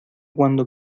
cuando